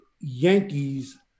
Yankees